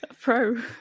Pro